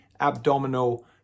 abdominal